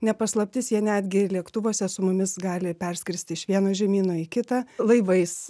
ne paslaptis jie netgi lėktuvuose su mumis gali perskristi iš vieno žemyno į kitą laivais